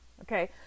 okay